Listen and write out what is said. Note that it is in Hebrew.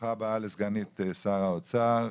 ברוכה הבאה לסגנית שר האוצר,